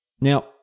Now